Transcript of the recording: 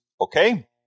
Okay